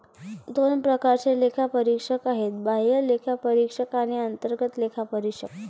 दोन प्रकारचे लेखापरीक्षक आहेत, बाह्य लेखापरीक्षक आणि अंतर्गत लेखापरीक्षक